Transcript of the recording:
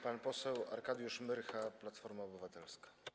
Pan poseł Arkadiusz Myrcha, Platforma Obywatelska.